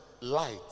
light